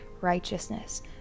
righteousness